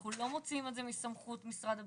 אנחנו לא מוציאים את בסמכות משרד הבריאות,